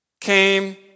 came